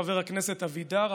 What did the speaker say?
חבר הכנסת אבידר,